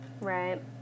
Right